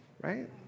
right